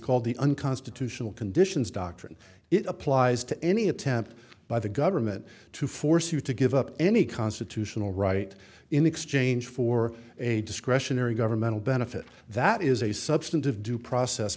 called the unconstitutional conditions doctrine it applies to any attempt by the government to force you to give up any constitutional right in exchange for a discretionary governmental benefit that is a substantive due process